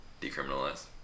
decriminalized